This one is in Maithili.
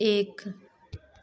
एक